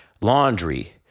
Laundry